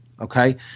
Okay